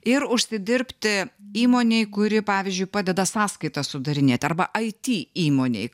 ir užsidirbti įmonei kuri pavyzdžiui padeda sąskaitas sudarinėti arba it įmonei